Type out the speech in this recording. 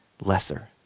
lesser